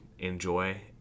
Enjoy